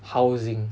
housing